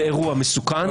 זה אירוע מסוכן,